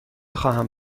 خواهم